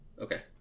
Okay